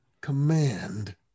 command